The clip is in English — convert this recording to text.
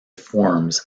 forms